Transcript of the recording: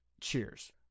cheers